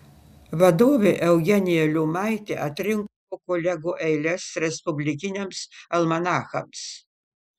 vadovė eugenija liumaitė atrinko kolegų eiles respublikiniams almanachams